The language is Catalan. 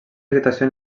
irritació